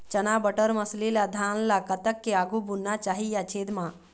चना बटर मसरी ला धान ला कतक के आघु बुनना चाही या छेद मां?